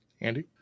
Andy